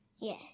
Yes